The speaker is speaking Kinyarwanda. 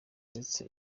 ndetse